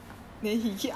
!huh! why